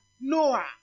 Noah